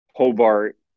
Hobart